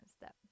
step